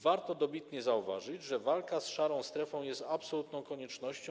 Warto dobitnie zauważyć, że walka z szarą strefą jest absolutną koniecznością.